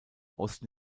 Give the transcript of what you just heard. osten